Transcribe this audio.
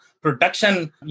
production